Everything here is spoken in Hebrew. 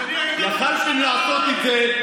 יכולתם לעשות את זה.